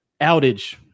outage